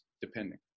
depending